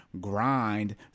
grind